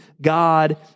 God